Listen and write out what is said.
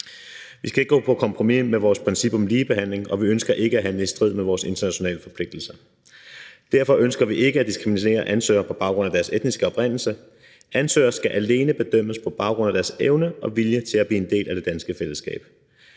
Vi skal ikke gå på kompromis med vores princip om ligebehandling, og vi ønsker ikke at handle i strid med vores internationale forpligtelser. Derfor ønsker vi ikke at diskriminere ansøgere på baggrund af deres etniske oprindelse. Ansøgere skal alene bedømmes på baggrund af deres evne og vilje til at blive en del af det danske fællesskab.